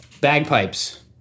Bagpipes